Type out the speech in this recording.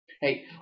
Hey